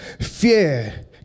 fear